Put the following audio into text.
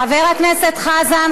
חבר הכנסת חזן,